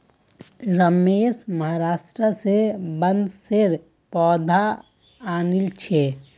रमेश महाराष्ट्र स बांसेर पौधा आनिल छ